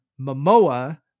Momoa